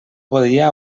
podia